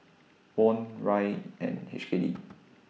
Won Riel and H K D